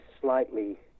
slightly